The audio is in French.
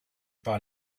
par